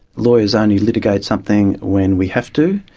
lawyers only litigate something when we have to.